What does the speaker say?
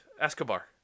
Escobar